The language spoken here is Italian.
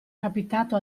capitato